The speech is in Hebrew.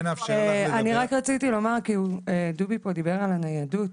דובי פה דיבר על הניידות